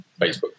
facebook